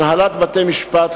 הנהלת בתי-משפט,